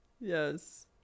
yes